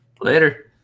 Later